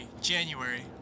January